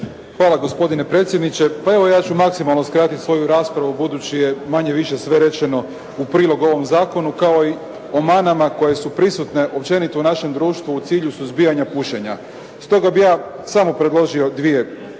Hvala gospodine predsjedniče. Pa evo ja ću maksimalno skratit svoju raspravu budući je manje-više sve rečeno u prilog ovom zakonu, kao i o manama koje su prisutne općenito u našem društvu u cilju suzbijanja pušenja. Stoga bih ja samo predložio dvije stvari